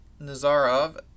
Nazarov